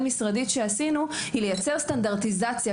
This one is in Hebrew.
משרדית שעשינו לייצר סטנדרטיזציה.